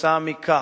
כתוצאה מכך.